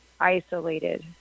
isolated